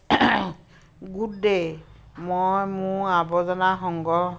good day মই মোৰ আৱৰ্জনা সংগ্ৰহ